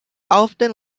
often